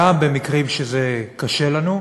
גם במקרים שזה קשה לנו,